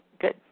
good